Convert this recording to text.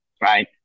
right